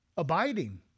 abiding